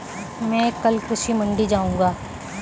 मैं कल कृषि मंडी जाऊँगा